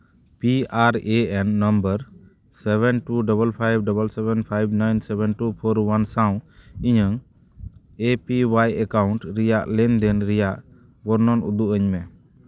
P R A N number seven two double five double seven five nine seven two four one ᱥᱟᱶ ᱤᱧᱟᱹᱝ A P Y account ᱨᱮᱭᱟᱜ ᱞᱮᱱᱫᱮᱱ ᱨᱮᱭᱟᱜ ᱵᱚᱨᱱᱚᱱ ᱩᱫᱩᱜ ᱟᱹᱧᱢᱮ